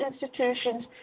institutions